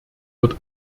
wird